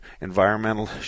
environmental